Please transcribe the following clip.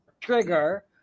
trigger